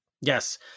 Yes